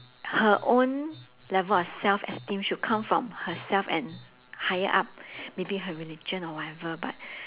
her own level of self esteem should come from herself and higher up maybe her religion or whatever but